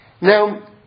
Now